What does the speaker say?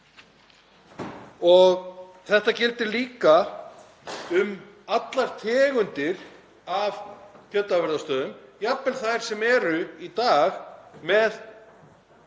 Þetta gildir líka um allar tegundir af kjötafurðastöðvum, jafnvel þær sem eru í dag með